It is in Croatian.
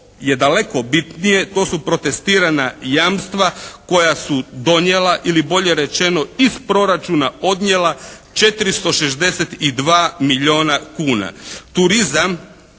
je daleko bitnije to su protestirana jamstva koja su donijela ili bolje rečeno iz proračuna odnijela 462 milijuna kuna. Turizam